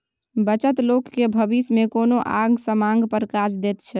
बचत लोक केँ भबिस मे कोनो आंग समांग पर काज दैत छै